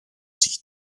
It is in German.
sich